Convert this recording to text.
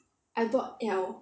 I bought L